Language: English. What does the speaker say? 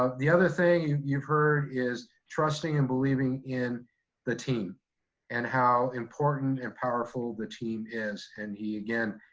ah the other thing you've heard is trusting and believing in the team and how important and powerful the team is. and he again,